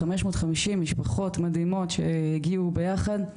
550 משפחות מדהימות שהגיעו ביחד,